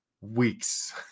weeks